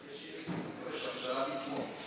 מקווה שהממשלה תתמוך.